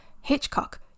Hitchcock